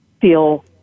feel